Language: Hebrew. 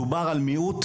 מדובר על מיעוט,